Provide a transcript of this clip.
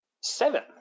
Seven